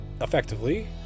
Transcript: effectively